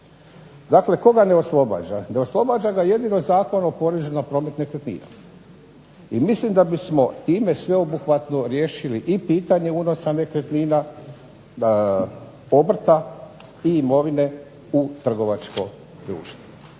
Dakle tko ga ne oslobađa? Ne oslobađa ga jedino Zakon o porezu na promet nekretnina, i mislim da bismo time sveobuhvatno riješili i pitanje unosa nekretnina obrta i imovine u trgovačko društvo.